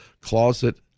closet